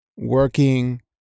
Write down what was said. Working